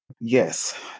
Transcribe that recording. Yes